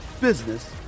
business